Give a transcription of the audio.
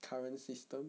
current system